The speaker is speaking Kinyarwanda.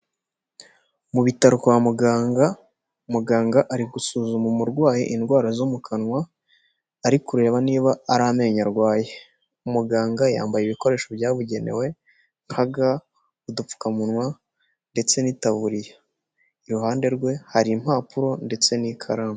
Mu bitaro kwa muganga, muganga ari gusuzuma umurwayi indwara zo mu kanwa, ari kureba niba ari amenyo arwaye. Umuganga yambaye ibikoresho byabugenewe nka ga, udupfukamunwa ndetse n'itaburiya. Iruhande rwe hari impapuro ndetse n'ikaramu.